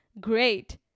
great